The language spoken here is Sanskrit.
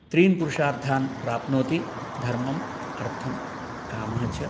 त्रीन् पुरुषार्थान् प्राप्नोति धर्मम् अर्थं कामः च